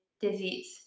disease